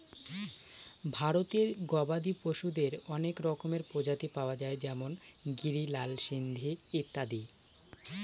ভারতে গবাদি পশুদের অনেক রকমের প্রজাতি পাওয়া যায় যেমন গিরি, লাল সিন্ধি ইত্যাদি